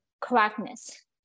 correctness